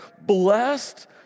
Blessed